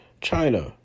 China